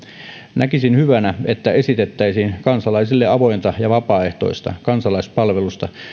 näkisin hyvänä että esitettäisiin kansalaisille avointa ja vapaaehtoista kansalaispalvelusta